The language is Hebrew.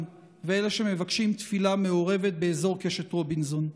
ואלה שמבקשים תפילה מעורבת באזור קשת רובינסון.